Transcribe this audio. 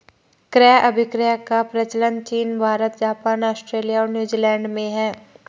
क्रय अभिक्रय का प्रचलन चीन भारत, जापान, आस्ट्रेलिया और न्यूजीलैंड में है